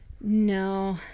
no